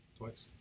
twice